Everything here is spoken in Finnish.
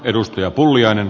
edustaja pulliainen